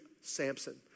Samson